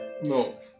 No